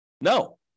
No